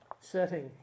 setting